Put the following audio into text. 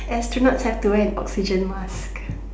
astronauts have to wear an oxygen mask